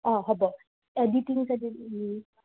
অঁ হ'ব এডিটিং চেডিটিং